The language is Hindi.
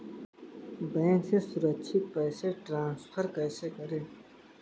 बैंक से सुरक्षित पैसे ट्रांसफर कैसे करें?